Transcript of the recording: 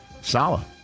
Sala